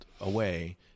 away